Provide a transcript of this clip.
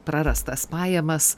prarastas pajamas